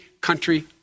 country